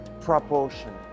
proportion